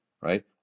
right